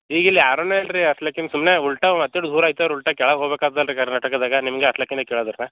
ಈಗ ಇಲ್ಲಿ ಯಾರುನು ಇಲ್ಲರಿ ಅಸಲು ಅಕ್ಕಿಂಗೆ ಸುಮ್ಮನೆ ಉಲ್ಟಾ ಒತ್ತಿ ಹಿಡ್ದು ಊರು ಐತವ್ರು ಉಲ್ಟಾ ಕೆಳಗೆ ಹೋಗ್ಬೇಕು ಆತದಲ್ಲ ರೀ ಕರ್ನಾಟಕದಾಗೆ ನಿಮಗೆ ಅತ್ಲಕೇನು ಕೇಳ್ದರೆ